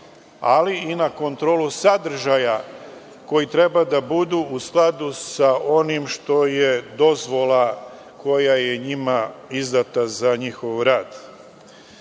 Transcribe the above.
ali i na kontrolu sadržaja koji treba da budu u skladu sa onim što je dozvola koja je njima izdata za njihov